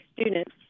students